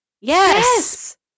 Yes